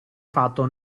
fatto